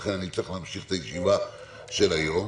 ולכן אני צריך להמשיך את הישיבה של היום,